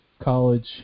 college